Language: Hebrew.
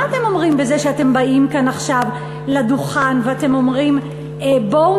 מה אתם אומרים בזה שאתם באים כאן עכשיו לדוכן ואתם אומרים: בואו